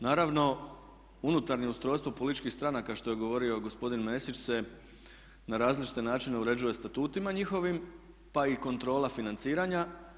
Naravno, unutarnje ustrojstvo političkih stranaka što je govorio gospodin Mesić se na različite načine uređuje statutima njihovim pa i kontrola financiranja.